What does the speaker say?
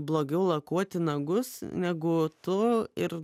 blogiau lakuoti nagus negu tu ir